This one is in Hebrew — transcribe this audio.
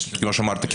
כמו שאמרת,